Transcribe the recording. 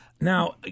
Now